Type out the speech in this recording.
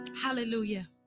Hallelujah